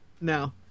No